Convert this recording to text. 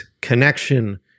connection